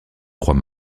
trois